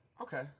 Okay